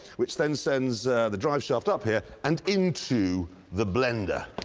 which then sends the drive shaft up here and into the blender.